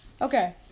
Okay